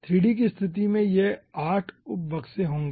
3 D कि स्तिथि में यह 8 उप बक्से होंगे